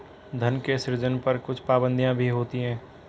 धन के सृजन पर कुछ पाबंदियाँ भी होती हैं